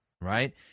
right